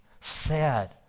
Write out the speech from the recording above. sad